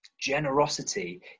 Generosity